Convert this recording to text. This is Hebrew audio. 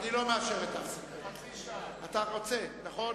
אתה רוצה, נכון?